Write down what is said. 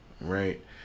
right